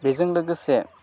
बेजों लोगोसे